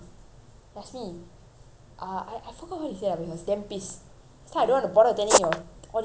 uh I I forgot what he say ah but he was damn pissed say I don't want to bother attending your all this kind of shit anymore he say something like that